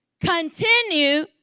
continue